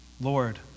Lord